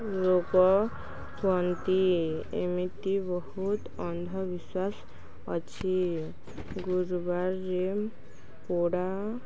ରୋଗ ହୁଅନ୍ତି ଏମିତି ବହୁତ ଅନ୍ଧବିଶ୍ୱାସ ଅଛି ଗୁରୁବାରରେ ପୋଡ଼ା